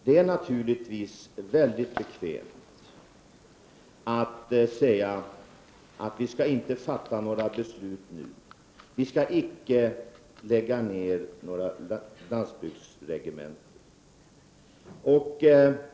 Det är naturligtvis mycket bekvämt att säga att vi inte skall fatta några beslut nu, att vi inte skall lägga ned några landskapsregementen.